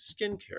skincare